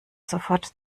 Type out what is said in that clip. sofort